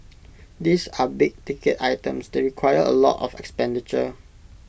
these are big ticket items they require A lot of expenditure